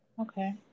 Okay